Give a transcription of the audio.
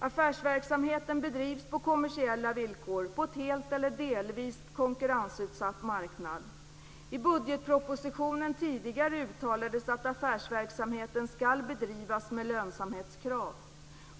Affärsverksamheten bedrivs på kommersiella villkor på en helt eller delvis konkurrensutsatt marknad. I en tidigare budgetproposition uttalades att affärsverksamheten skall bedrivas med lönsamhetskrav.